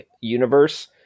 universe